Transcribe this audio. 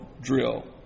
drill